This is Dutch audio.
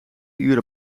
uur